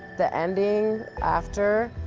the ending, after,